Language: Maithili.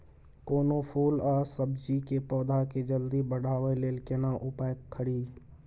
कोनो फूल आ सब्जी के पौधा के जल्दी बढ़ाबै लेल केना उपाय खरी?